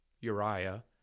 Uriah